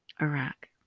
Iraq